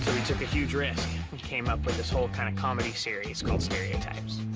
took a huge risk and came up with this whole kind of comedy series called stereotypes.